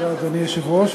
אדוני היושב-ראש,